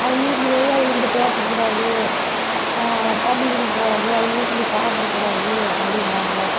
அவங்க வீட்ல போய் அவங்கள்ட பேசக்கூடாது தண்ணி குடிக்க கூடாது அவக வீட்டில் சாப்பிடக்கூடாது அப்படீன்னுவாங்க